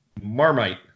Marmite